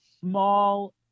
small